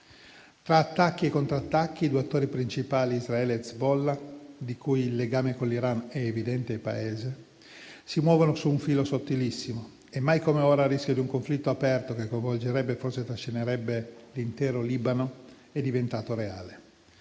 Tra attacchi e contrattacchi, i due attori principali, Israele e Hezbollah, di cui il legame con l'Iran è evidente e palese, si muovono su un filo sottilissimo e mai come ora il rischio di un conflitto aperto che coinvolgerebbe e forse trascinerebbe l'intero Libano è diventato reale.